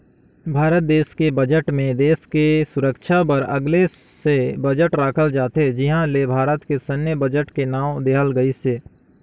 भारत देस के बजट मे देस के सुरक्छा बर अगले से बजट राखल जाथे जिहां ले भारत के सैन्य बजट के नांव देहल गइसे